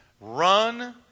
run